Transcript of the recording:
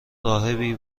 راهبی